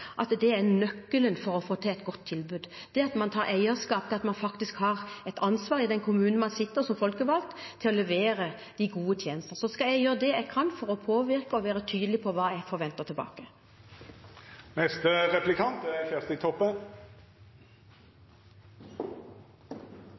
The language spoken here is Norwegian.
er nøkkelen for å få til et godt tilbud, at man tar eierskap til det ansvaret man har i den kommunen man sitter som folkevalgt, til å levere de gode tjenestene. Så skal jeg gjøre det jeg kan for å påvirke og være tydelig på hva jeg forventer tilbake. Eldre som er